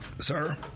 sir